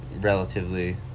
relatively